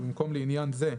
ובמקום "לעניין זה,